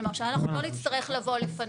כלומר, שאנחנו לא נצטרך לבוא לפנות.